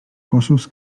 cossos